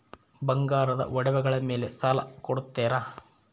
ಬಂಗಾರದ ಒಡವೆಗಳ ಮೇಲೆ ಸಾಲ ಕೊಡುತ್ತೇರಾ?